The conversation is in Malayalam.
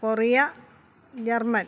Korea German